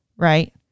Right